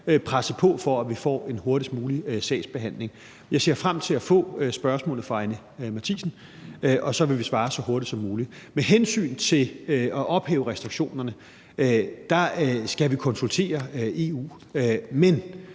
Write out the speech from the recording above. presse på, for at vi får en hurtigst mulig sagsbehandling. Jeg ser frem til at få spørgsmålet fra Anni Matthiesen, og så vil vi svare så hurtigt som muligt. Med hensyn til at ophæve restriktionerne skal vi konsultere EU,